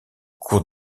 cours